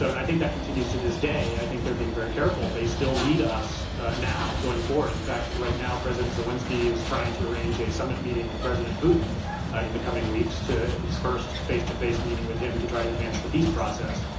ah and i think that continues to this day. i think they are being very careful. they still need is now going forward. in fact, right now, president zelensky is trying to arrange a summit meeting with president putin in the coming weeks to his first face-to-face meeting with them to try to advance the peace process.